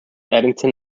eddington